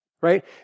right